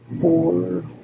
four